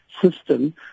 system